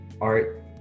art